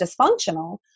dysfunctional